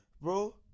Bro